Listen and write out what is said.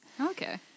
Okay